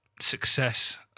success